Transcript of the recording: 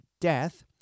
death